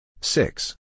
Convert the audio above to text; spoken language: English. Six